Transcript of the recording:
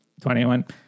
21